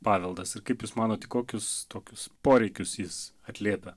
paveldas ir kaip jūs manot kokius tokius poreikius jis atliepia